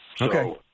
Okay